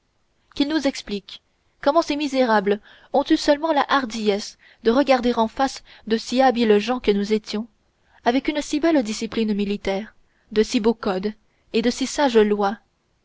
qu'ils nous expliquent comment ces misérables ont eu seulement la hardiesse de regarder en face de si habiles gens que nous étions avec une si belle discipline militaire de si beaux codes et de si sages lois